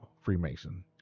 Freemason